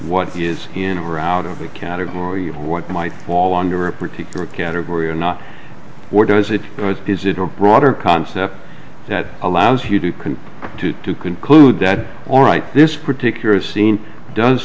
what is in or out of the category of what might fall under a particular category or not or does it or is it a broader concept that allows you to do to conclude that all right this particular scene does